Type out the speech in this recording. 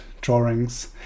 drawings